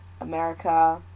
America